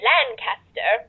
Lancaster